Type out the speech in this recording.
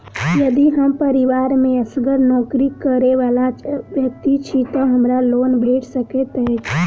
यदि हम परिवार मे असगर नौकरी करै वला व्यक्ति छी तऽ हमरा लोन भेट सकैत अछि?